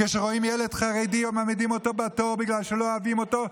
כשרואים ילד חרדי מעמידים אותו בתור בגלל שלא אוהבים אותו,